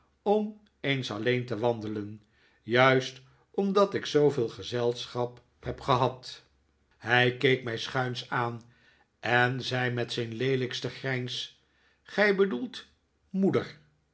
om eens alleen te wandelen juist omdat ik zooveel gezelschap heb gehad hij keek mij schuins aan en zei met zijn leelijkste grijns gij bedoelt moeder